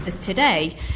today